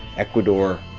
ecuador,